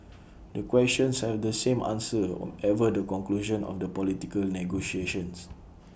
the questions have the same answer whatever the conclusion of the political negotiations